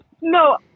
No